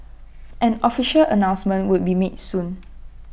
an official announcement would be made soon